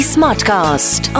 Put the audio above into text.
Smartcast